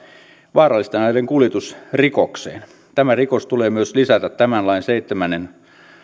vaarallisten aineiden kuljetusrikokseen tämä rikos tulee myös lisätä tämän seitsemännen pykälän